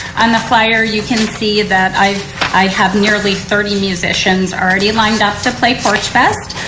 on the flyer you can see that i i have nearly thirty musicians already lined up to play porchfest.